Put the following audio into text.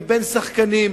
לבין שחקנים,